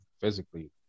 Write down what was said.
physically